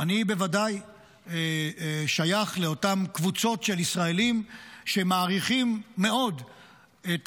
אני בוודאי שייך לאותן קבוצות של ישראלים שמעריכים מאוד את